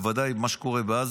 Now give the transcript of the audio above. ובוודאי עם מה שקורה בעזה,